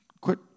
Quit